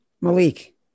Malik